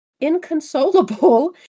inconsolable